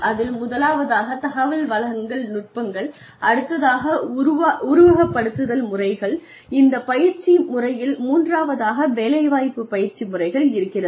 அதில் முதலாவதாகத் தகவல் வழங்கல் நுட்பங்கள் அடுத்ததாக உருவகப்படுத்துதல் முறைகள் இந்த பயிற்சி முறையில் மூன்றாவதாக வேலைவாய்ப்பு பயிற்சி முறைகள் இருக்கிறது